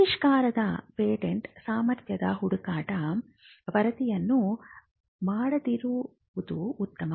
ಆವಿಷ್ಕಾರಕ ಪೇಟೆಂಟ್ ಸಾಮರ್ಥ್ಯದ ಹುಡುಕಾಟ ವರದಿಯನ್ನು ಮಾಡದಿರುವುದು ಉತ್ತಮ